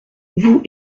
vous